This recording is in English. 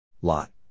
Lot